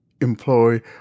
employ